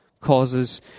causes